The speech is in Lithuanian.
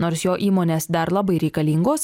nors jo įmonės dar labai reikalingos